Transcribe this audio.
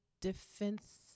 defense